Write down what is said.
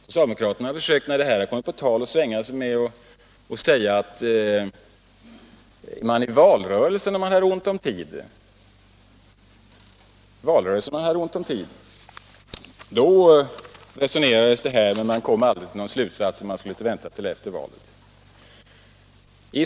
Socialdemokraterna försöker bara, när det här kommer på tal, att svänga sig med att under valrörelsen, när man hade ont om tid, resonerades det om detta, men man kom aldrig till någon slutsats och man skulle vänta till efter valet.